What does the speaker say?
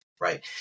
right